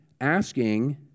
asking